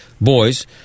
boys